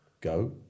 go